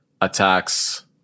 attacks